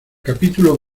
capítulo